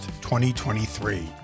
2023